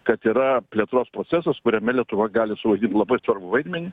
kad yra plėtros procesas kuriame lietuva gali suvaidint labai svarbų vaidmenį